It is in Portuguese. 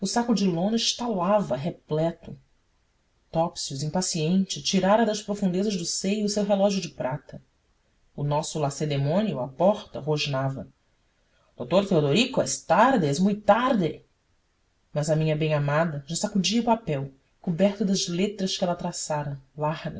saco de lona estalava repleto topsius impaciente tirara das profundezas do seio o seu relógio de prata o nosso lacedemônio à porta rosnava d teodorico es tarde es mui tarde mas a minha bem amada já sacudia o papel coberto das letras que ela traçara largas